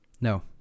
no